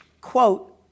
quote